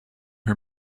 her